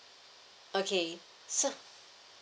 okay s~